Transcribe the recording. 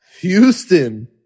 Houston